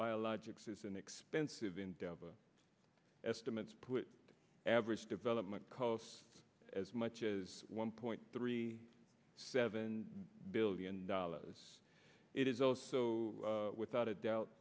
biologics is an expensive endeavor estimates put the average development costs as much as one point three seven billion dollars it is also without a doubt